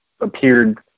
appeared